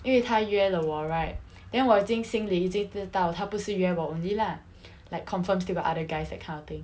因为她约了我 right then 我已经心里已经知道她不是约我 only lah like confirm still got other guys that kind of thing